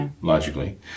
logically